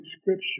Scripture